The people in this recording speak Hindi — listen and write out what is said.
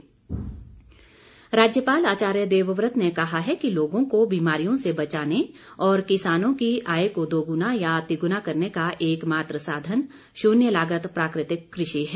राज्यपाल राज्यपाल आचार्य देवव्रत ने कहा है कि लोगों को बीमारियों से बचाने और किसानों की आय को दोगुना या तिगुना करने का एकमात्र साधन शुन्य लागत प्राकृतिक कृषि है